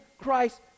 Christ